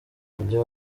tujya